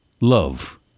love